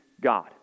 God